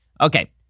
Okay